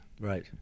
Right